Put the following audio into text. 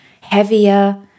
heavier